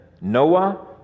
Noah